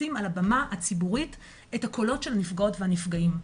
לשים על הבמה הציבורית את הקולות של הנפגעות והנפגעים.